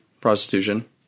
prostitution